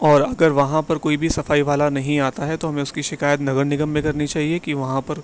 اور اگر وہاں پر کوئی بھی صفائی والا نہیں آتا ہے تو ہمیں اس کی شکایت نگر نگم میں کرنی چاہیے کہ وہاں پر